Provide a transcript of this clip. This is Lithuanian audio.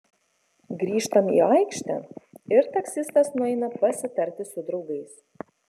grįžtam į aikštę ir taksistas nueina pasitarti su draugais